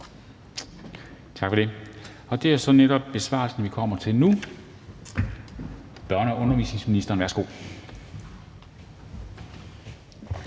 Tak for det. Og det er så netop besvarelsen, vi kommer til nu. Børne- og undervisningsministeren, værsgo.